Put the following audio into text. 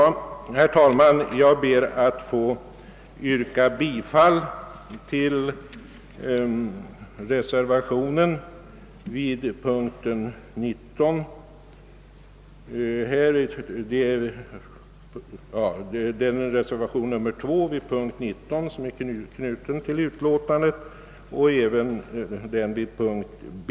Herr talman! Jag ber att vid punkten 19 få yrka bifall till reservationerna 2 a och 2 b.